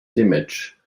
damage